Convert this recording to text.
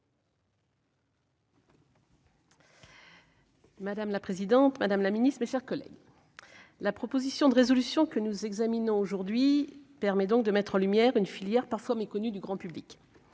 Madame la présidente, Madame la Ministre, mes chers collègues, la proposition de résolution que nous examinons aujourd'hui permet donc de mettre en lumière une filière parfois méconnus du grand public,